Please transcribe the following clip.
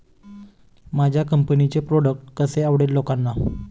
माझ्या कंपनीचे प्रॉडक्ट कसे आवडेल लोकांना?